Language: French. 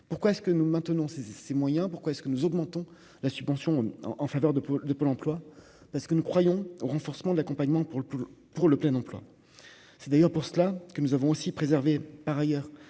pourquoi est-ce que nous maintenons ces ces moyens pourquoi est-ce que nous augmentons la subvention en faveur de de Pôle emploi parce que nous croyons au renforcement de l'accompagnement pour le pour le pour le plein emploi, c'est d'ailleurs pour cela que nous avons aussi préserver, par ailleurs,